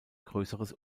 größeres